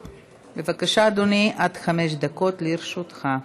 בבקשה, אדוני, עד חמש דקות לרשותך.